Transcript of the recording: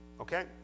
Okay